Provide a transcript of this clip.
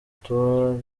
tubari